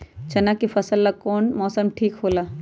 चाना के फसल ला कौन मौसम ठीक होला?